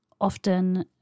often